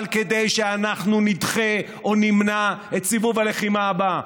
אבל כדי שאנחנו נדחה או נמנע את סיבוב הלחימה הבא.